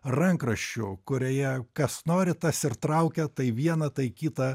rankraščių kurioje kas nori tas ir traukia tai vieną tai kitą